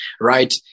right